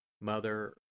Mother